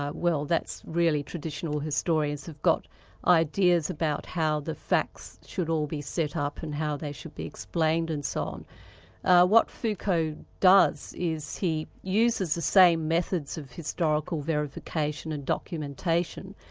ah well that's really traditional historians, have got ideas about how the facts should all be set up and how they should be explained and so um what foucault does is he uses the same methods of historical verification and documentation